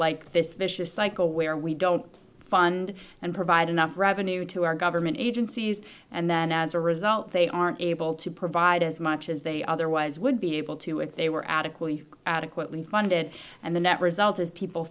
like this vicious cycle where we don't fund and provide enough revenue to our government agencies and then as a result they aren't able to provide as much as they otherwise would be able to if they were adequately adequately funded and the net result is people